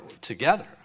together